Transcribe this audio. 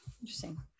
interesting